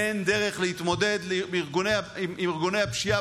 אין דרך להתמודד עם ארגוני הפשיעה,